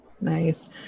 Nice